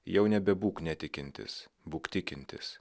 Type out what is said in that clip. jau nebebūk netikintis būk tikintis